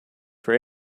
for